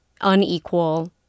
unequal